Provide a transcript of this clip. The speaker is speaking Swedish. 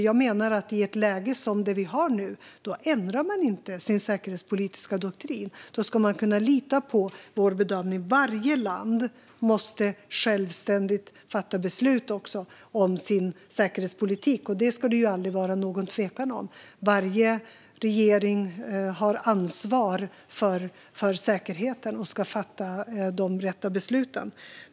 Jag menar att i ett läge som det vi har nu ändrar man inte sin säkerhetspolitiska doktrin. Man ska kunna lita på vår bedömning. Varje land måste självständigt fatta beslut om sin säkerhetspolitik; det ska det aldrig vara någon tvekan om. Varje regering har ansvar för säkerheten och ska fatta de rätta besluten.